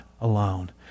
alone